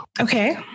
okay